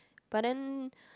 but then